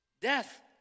Death